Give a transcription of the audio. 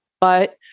but-